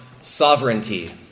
sovereignty